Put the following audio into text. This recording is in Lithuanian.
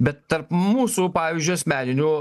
bet tarp mūsų pavyzdžiui asmeninių